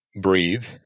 breathe